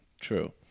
true